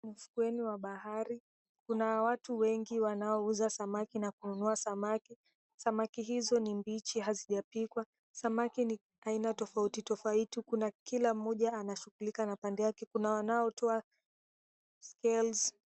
Mfueni wa bahari kuna watu wengi wanaouza samaki na kununua samaki. Samaki hizo ni mbichi, hazijapikwa. Samaki ni aina tofauti tofauti. Kuna kila mmoja anashughulika na pande yake. Kuna wanaotoa scales .